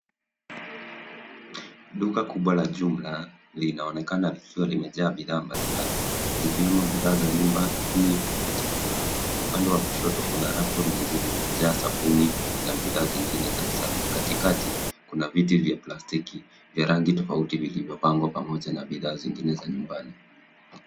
Duka kubwa la jumla linaonekana likiwa limejaa bidhaa mbalimbali zikiwemo bidhaa za nyumbani na chakula. Upande wa kushoto kuna rafu zilizojaa sabuni na bidhaa zingine za usafi. Katikati kuna viti vya plastiki vya rangi tofauti vilivyopangwa pamoja na bidhaa zingine za nyumbani.